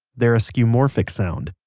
they're a skeuomorphic sound.